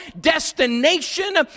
destination